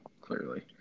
clearly